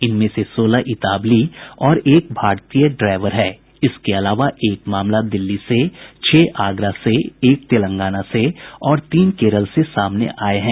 इनमें से सोलह इतालवी और एक भारतीय ड्राइवर है इसके अलावा एक मामला दिल्ली से छह आगरा से एक तेलंगाना और तीन केरल से सामने आए हैं